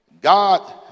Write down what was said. God